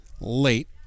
late